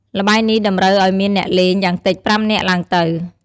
ល្បែងនេះតម្រូវឲ្យមានអ្នកលេង យ៉ាងតិច ៥នាក់ ឡើងទៅ។